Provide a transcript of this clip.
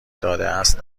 دادهاست